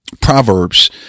Proverbs